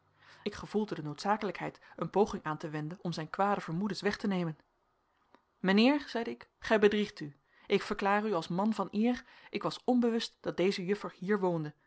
ik gevoelde de noodzakelijkheid een poging aan te wenden om zijn kwade vermoedens weg te nemen mijnheer zeide ik gij bedriegt u ik verklaar u als man van eer ik was onbewust dat deze juffer hier woonde